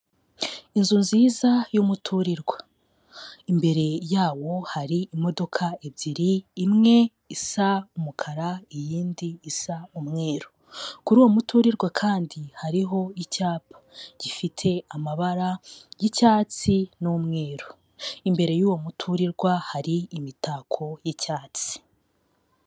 Inzu nziza y'umuturirwa, imbere yawo hari imodoka ebyiri, imwe isa umukara iyindi isa umweru, kuri uwo muturirwa kandi hariho icyapa gifite amabara y'icyatsi n'umweru, imbere y'uwo muturirwa hari imitako y'icyatsi.